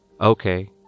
Okay